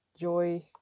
joy